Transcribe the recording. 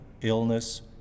illness